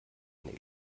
ein